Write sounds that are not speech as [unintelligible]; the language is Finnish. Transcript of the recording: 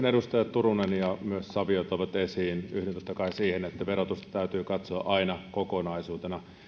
[unintelligible] edustajat turunen ja myös savio toivat esiin sen mihin yhdyn totta kai että verotusta täytyy katsoa aina kokonaisuutena